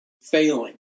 failing